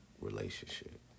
relationship